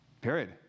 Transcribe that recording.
Period